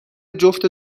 جفت